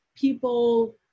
People